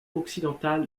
occidentale